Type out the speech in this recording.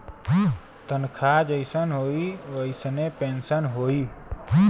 तनखा जइसन होई वइसने पेन्सन होई